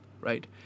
Right